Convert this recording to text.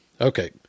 Okay